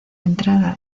entrada